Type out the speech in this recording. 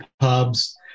pubs